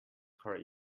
correct